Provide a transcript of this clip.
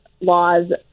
laws